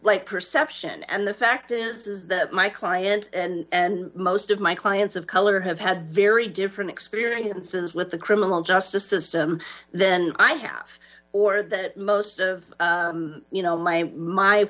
with perception and the fact is that my client and most of my clients of color have had very different experiences with the criminal justice system then i have or that most of you know my my